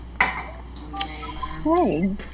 Hi